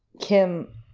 Kim